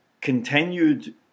continued